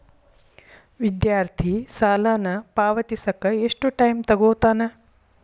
ವಿದ್ಯಾರ್ಥಿ ಸಾಲನ ಪಾವತಿಸಕ ಎಷ್ಟು ಟೈಮ್ ತೊಗೋತನ